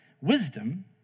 wisdom